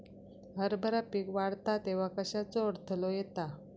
हरभरा पीक वाढता तेव्हा कश्याचो अडथलो येता?